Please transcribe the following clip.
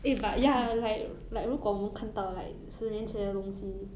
eh but ya like like 如果我们看到 like 十年前的东西